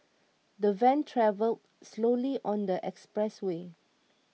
the van travelled slowly on the expressway